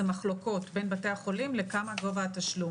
מחלוקות בין בתי החולים למה גובה התשלום.